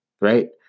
right